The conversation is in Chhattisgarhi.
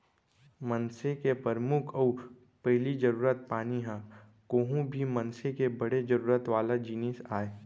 मनसे के परमुख अउ पहिली जरूरत पानी ह कोहूं भी मनसे के बड़े जरूरत वाला जिनिस आय